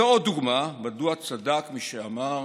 זו עוד דוגמה מדוע צדק מי שאמר,